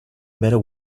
matter